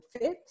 fit